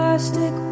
Plastic